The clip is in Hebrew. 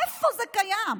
איפה זה קיים?